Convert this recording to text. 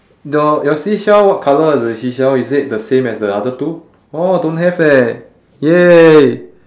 your your seashell what colour is the seashell is it the same as the other two oh don't have eh !yay!